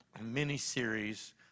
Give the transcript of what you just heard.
mini-series